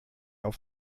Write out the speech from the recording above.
auf